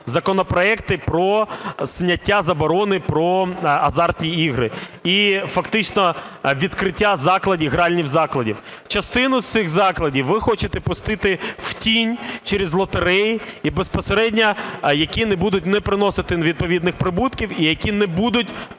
законопроекти про зняття заборони про азартні ігри, і фактично відкриття гральних закладів. Частину з цих закладів ви хочете пустити в тінь через лотереї, і безпосередньо, які не будуть приносити відповідних прибутків, і, які не будуть,